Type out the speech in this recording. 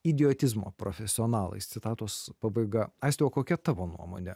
idiotizmo profesionalais citatos pabaiga aisti o kokia tavo nuomonė